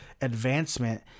advancement